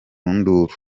nduru